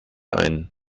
ein